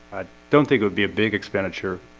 i don't think it would be a big expenditure